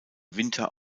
winter